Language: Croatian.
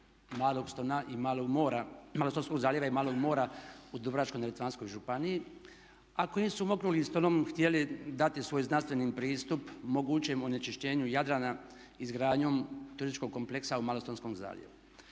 Malostonskog zaljeva i Malog Mora u Dubrovačko neretvanskoj županiji a kojim su okruglim stolom htjeli dati svoj znanstveni pristup mogućem onečišćenju Jadrana izgradnjom turističkog kompleksa u Malostonskom zaljevu.